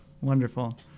Wonderful